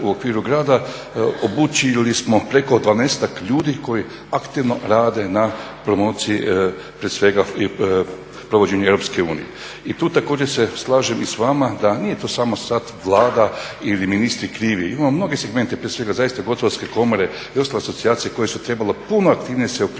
u okviru grada obučili smo preko 12-ak ljudi koji aktivno rade na promociji prije svega i provođenju Europske unije. I tu također se slažem i s vama da nije to samo sad Vlada ili ministri krivi, imamo mnoge segmente, prije svega zaista Gospodarske komore i ostale asocijacije koje su trebale puno aktivnije se uključiti